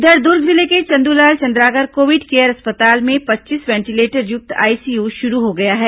उधर दुर्ग जिले के चंदूलाल चंद्राकर कोविड केयर अस्पताल में पच्चीस वेंटिलेटरयुक्त आईसीयू शुरू हो गया है